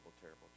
terrible